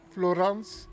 Florence